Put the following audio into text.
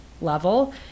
level